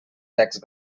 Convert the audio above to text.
text